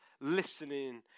listening